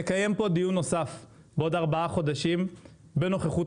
נקיים דיון נוסף בעוד ארבעה חודשים בנוכחות